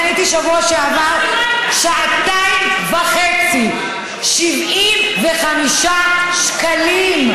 אני חניתי בשבוע שעבר שעתיים וחצי, 75 שקלים.